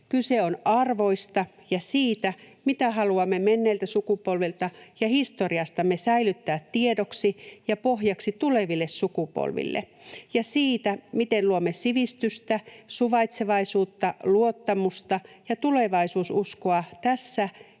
Kyse on arvoista ja siitä, mitä haluamme menneiltä sukupolvilta ja historiastamme säilyttää tiedoksi ja pohjaksi tuleville sukupolville, ja siitä, miten luomme sivistystä, suvaitsevaisuutta, luottamusta ja tulevaisuususkoa tässä